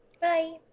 Bye